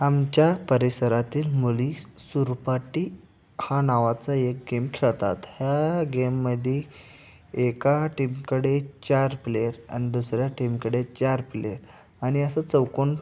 आमच्या परिसरातील मुली सुरपाटी हा नावाचा एक गेम खेळतात ह्या गेममध्ये एका टीमकडे चार प्लेयर आणि दुसऱ्या टीमकडे चार प्लेयर आणि असं चौकोन